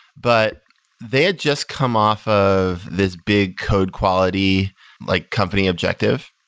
but they had just come off of this big code quality like company objective.